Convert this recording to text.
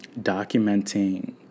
documenting